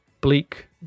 bleak